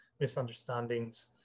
misunderstandings